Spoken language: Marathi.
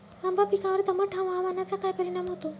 आंबा पिकावर दमट हवामानाचा काय परिणाम होतो?